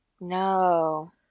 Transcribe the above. no